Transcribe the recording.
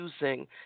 using